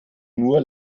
nur